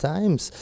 Times